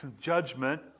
judgment